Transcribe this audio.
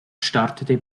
startete